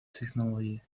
technology